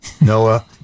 Noah